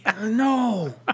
No